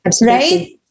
Right